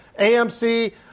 AMC